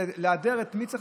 צריך להדר את מי שצריך.